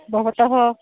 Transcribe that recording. भवतः